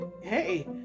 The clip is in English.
hey